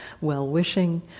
well-wishing